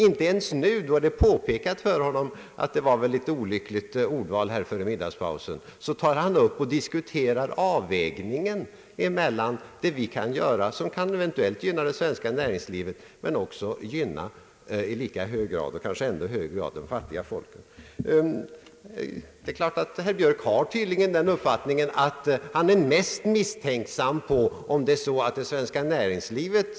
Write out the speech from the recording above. Inte ens nu, då det påpekats för honom att hans ordval före middagspausen var litet olyckligt, tar han upp och diskuterar avvägningen mellan det vi kan göra som eventuellt kan gynna det svenska näringslivet men också i lika hög grad eller ännu högre grad de fattiga folken. Herr Björk är tydligen mest misstänksam mot ett eventuellt gynnande av det svenska näringslivet.